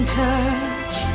touch